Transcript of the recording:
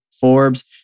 Forbes